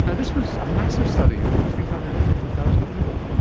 so this was a massive study, over three hundred and fifty thousand people.